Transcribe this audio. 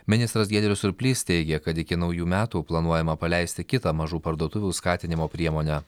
ministras giedrius surplys teigia kad iki naujų metų planuojama paleisti kitą mažų parduotuvių skatinimo priemonę